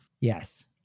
Yes